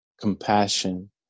compassion